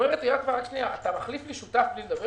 אומרת: אתה מחליף שותף בלי לדבר?